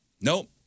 nope